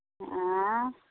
आँए